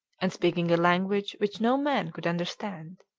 and speaking a language which no man could understand.